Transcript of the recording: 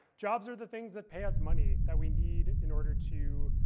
jobs are the things that pay us money that we need in order to